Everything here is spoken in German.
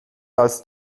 als